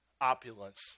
opulence